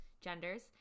genders